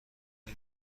آیا